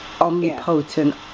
omnipotent